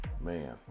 man